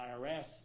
IRS